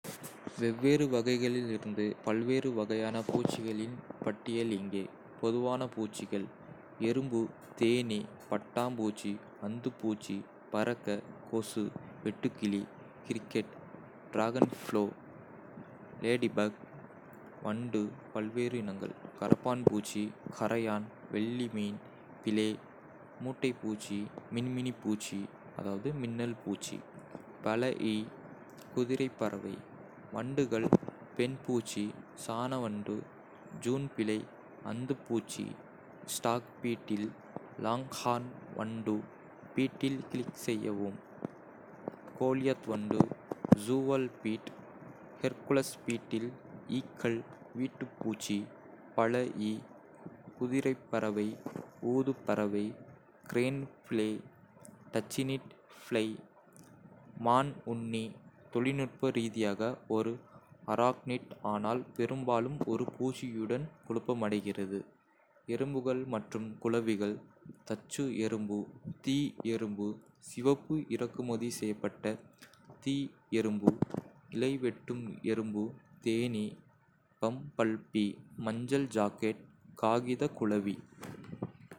வெவ்வேறு வகைகளிலிருந்து பல்வேறு வகையான பூச்சிகளின் பட்டியல் இங்கே: பொதுவான பூச்சிகள் எறும்பு தேனீ பட்டாம்பூச்சி அந்துப்பூச்சி பறக்க கொசு வெட்டுக்கிளி கிரிக்கெட் டிராகன்ஃபிளை லேடிபக் (லேடிபேர்ட்) வண்டு (பல்வேறு இனங்கள்) கரப்பான் பூச்சி கரையான் வெள்ளி மீன் பிளே மூட்டைப்பூச்சி மின்மினிப் பூச்சி (மின்னல் பூச்சி) பழ ஈ குதிரைப் பறவை வண்டுகள் பெண் பூச்சி சாண வண்டு ஜூன் பிழை அந்துப்பூச்சி ஸ்டாக் பீட்டில் லாங்ஹார்ன் வண்டு பீட்டில் கிளிக் செய்யவும் கோலியாத் வண்டு ஜூவல் பீட்டில் ஹெர்குலஸ் பீட்டில் ஈக்கள் வீட்டுப் பூச்சி பழ ஈ குதிரைப் பறவை ஊதுபறவை கிரேன் ஃப்ளை டச்சினிட் ஃப்ளை மான் உண்ணி (தொழில்நுட்ப ரீதியாக ஒரு அராக்னிட், ஆனால் பெரும்பாலும் ஒரு பூச்சியுடன் குழப்பமடைகிறது) எறும்புகள் மற்றும் குளவிகள் தச்சு எறும்பு தீ எறும்பு சிவப்பு இறக்குமதி செய்யப்பட்ட தீ எறும்பு இலை வெட்டும் எறும்பு தேனீ பம்பல்பீ மஞ்சள் ஜாக்கெட் காகித குளவி